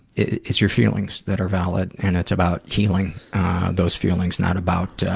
it's your feelings that are valid, and it's about healing those feelings, not about